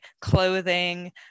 clothing